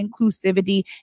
inclusivity